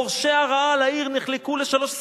חורשי הרעה על העיר נחלקו לשלוש סיעות: